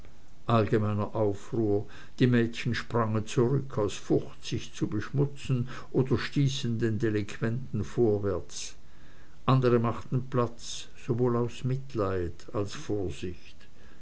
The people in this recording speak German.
allgemeiner aufruhr die mädchen sprangen zurück aus furcht sich zu beschmutzen oder stießen den delinquenten vorwärts andere machten platz sowohl aus mitleid als vorsicht